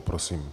Prosím.